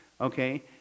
okay